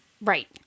Right